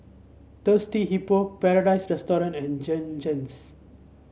Thirsty Hippo Paradise Restaurant and Jergens